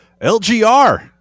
LGR